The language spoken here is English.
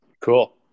Cool